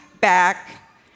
back